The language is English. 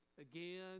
again